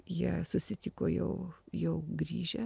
jie susitiko jau jau grįžę